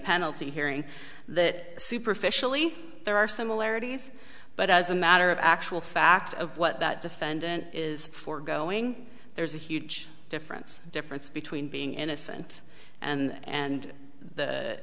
penalty hearing that superficially there are similarities but as a matter of actual fact of what that defendant is for going there is a huge difference difference between being innocent and